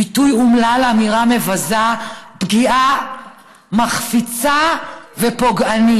ביטוי אומלל, אמירה מבזה, פגיעה מחפיצה ופוגענית.